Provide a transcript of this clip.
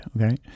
okay